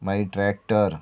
मागीर ट्रॅक्टर